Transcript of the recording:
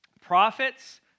prophets